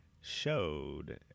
showed